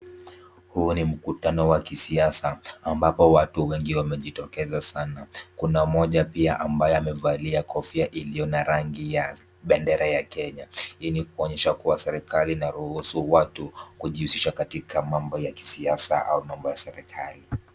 Huu ni mkutano wa kisiasa ambapo watu wengi wamejitokeza sana. Kuna mmoja pia ambaye amevalia kofia iliyo na rangi ya bendera ya Kenya. Hii ni kuonyesha kua serikali ina ruhusu watu kujihusisha katika mambo ya kisiasa au mambo ya serikali.